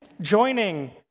Joining